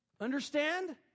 Understand